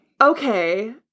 Okay